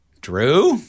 Drew